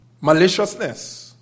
Maliciousness